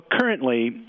currently